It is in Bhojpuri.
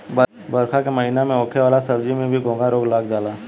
बरखा के महिना में होखे वाला सब्जी में भी घोघा रोग लाग जाला